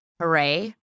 hooray